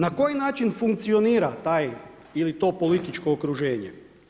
Na koji način funkcionira, taj ili to političko okruženje?